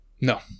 no